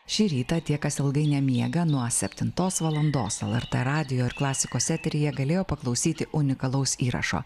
šį rytą tie kas ilgai nemiega nuo septintos valandos lrt radijo ir klasikos eteryje galėjo paklausyti unikalaus įrašo